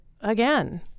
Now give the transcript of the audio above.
again